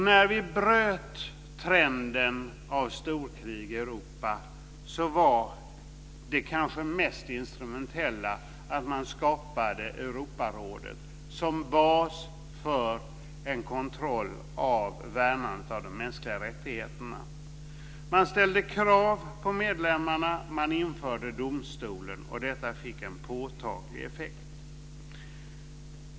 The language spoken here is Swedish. När vi bröt trenden av storkrig i Europa var det kanske mest instrumentella att man skapade Europarådet som bas för en kontroll av värnandet av de mänskliga rättigheterna. Man ställde krav på medlemmarna. Man införde domstolen, och detta fick en påtaglig effekt.